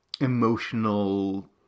emotional